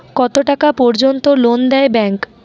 কত টাকা পর্যন্ত লোন দেয় ব্যাংক?